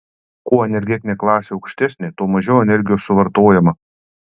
kuo energetinė klasė aukštesnė tuo mažiau energijos suvartojama